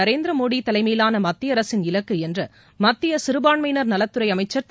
நரேந்திரமோடி தலைமையிலான மத்திய அரசின் இலக்கு என்று மத்திய சிறபான்மையினா் நலத்துறை அமைச்சர் திரு